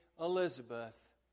Elizabeth